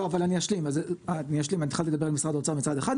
אבל אני שלים: התחלתי לדבר על משרד האוצר מצד אחד,